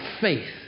faith